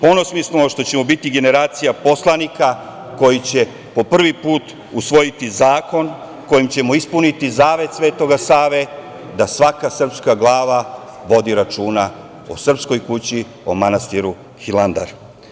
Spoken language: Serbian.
Ponosni smo što ćemo biti generacija poslanika koji će po prvi put usvojiti zakon kojim ćemo ispuniti zavet Svetog Save da svaka srpska glava vodi računa o srpskoj kući, o manastiru Hilandar.